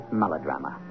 melodrama